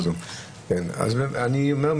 אז אני אומר,